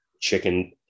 chicken